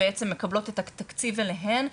הקופות בעצם מקבלות את התקציב אליהן.